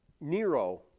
Nero